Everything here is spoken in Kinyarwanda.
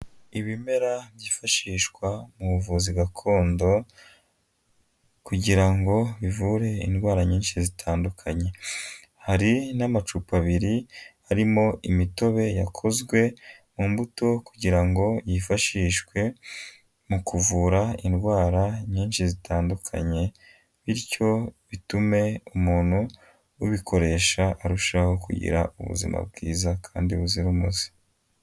Ibimera byifashishwa mu buvuzi gakondo kugira ngo bivure indwara nyinshi zitandukanye, hari n'amacupa abiri, arimo imitobe yakozwe mu mbuto kugira ngo yifashishwe mu kuvura indwara nyinshi zitandukanye, bityo bitume umuntu ubikoresha arushaho kugira ubuzima bwiza kandi buzira umuze.